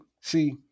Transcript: See